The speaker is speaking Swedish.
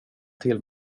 till